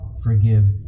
forgive